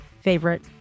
favorite